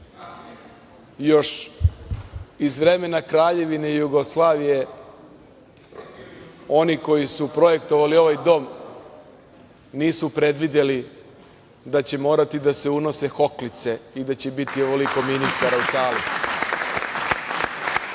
Još iz vremena Kraljevine Jugoslavije oni koji su projektovali ovaj dom nisu predvideli da će morati da se unose hoklice i da će biti ovoliko ministara u sali.